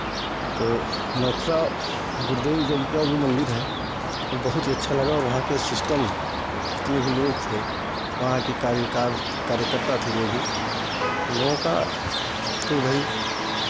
तो मथुरा गुरुदेव जय का जो मन्दिर है ओ बहुत ही अच्छा लगा वहाँ के सिस्टम जितने भी लोग थे वहाँ के कार्यकार कार्यकर्ता थे जो भी उनलोगों का तो वही